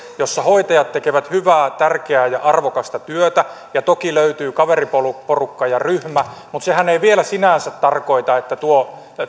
jossa hoitajat tekevät hyvää tärkeää ja arvokasta työtä ja toki löytyy kaveriporukka ja ryhmä sehän ei vielä sinänsä tarkoita että tuo